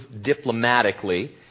diplomatically